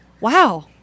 Wow